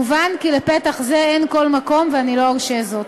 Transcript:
מובן כי לפתח זה אין כל מקום ולא ארשה זאת.